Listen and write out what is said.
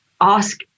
ask